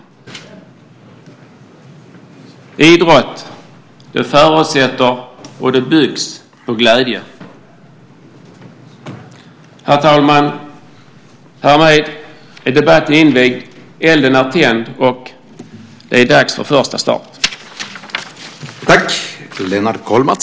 Idrott förutsätter och byggs på glädje. Herr talman! Härmed är debatten invigd, elden är tänd och det är dags för första start.